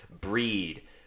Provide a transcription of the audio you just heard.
breed